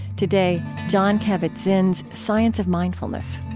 today, jon kabat-zinn's science of mindfulness